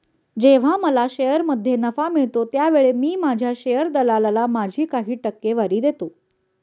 जेव्हा मला शेअरमध्ये नफा मिळतो त्यावेळी मी माझ्या शेअर दलालाला माझी काही टक्केवारी देतो